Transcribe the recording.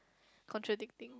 contradicting